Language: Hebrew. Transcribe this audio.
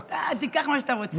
תיקח מה שאתה רוצה.